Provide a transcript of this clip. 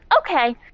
Okay